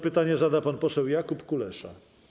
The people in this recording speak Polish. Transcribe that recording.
Pytanie zada pan poseł Jakub Kulesza.